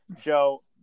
Joe